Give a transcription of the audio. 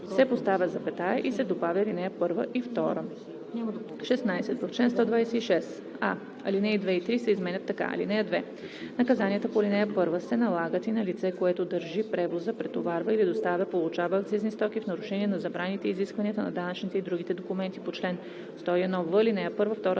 се поставя запетая и се добавя „ал. 1 и 2“. 16. В чл. 126: а) алинеи 2 и 3 се изменят така: „(2) Наказанията по ал. 1 се налагат и на лице, което държи, превозва, претоварва или доставя/получава акцизни стоки в нарушение на забраните и изискванията за данъчните и другите документи по чл. 101в, ал. 1, 2,